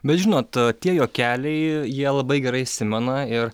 bet žinot tie juokeliai jie labai gerai įsimena ir